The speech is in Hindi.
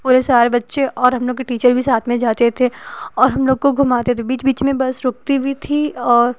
वही सारे बच्चे और हम लोग के टीचर भी साथ में जाते थे और हम लोग को घुमाते थे और बीच बीच में बस रुकती भी थी और